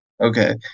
Okay